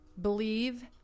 believe